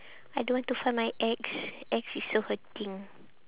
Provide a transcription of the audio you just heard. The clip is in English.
I don't want to find my ex ex is so hurting